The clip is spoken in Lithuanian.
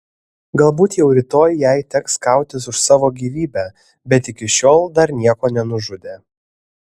galbūt jau rytoj jai teks kautis už savo gyvybę bet iki šiol dar nieko nenužudė